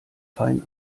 fein